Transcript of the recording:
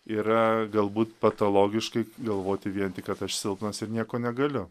yra galbūt patologiškai galvoti vien tik kad aš silpnas ir nieko negaliu